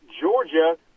Georgia